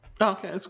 Okay